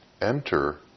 enter